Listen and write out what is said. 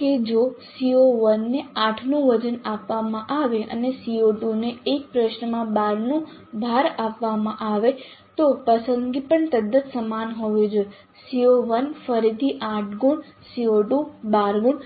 કે જો CO1 ને 8 નું વજન આપવામાં આવે અને CO2 ને એક પ્રશ્નમાં 12 નું વજન આપવામાં આવે તો પસંદગી પણ તદ્દન સમાન હોવી જોઈએ CO1 ફરીથી 8 ગુણ CO2 12 ગુણ